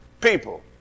people